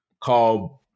called